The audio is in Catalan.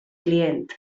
client